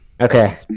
Okay